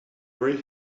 great